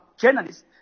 journalists